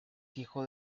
hijo